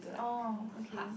orh okay